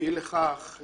אי לכך,